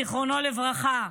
זיכרונו לברכה,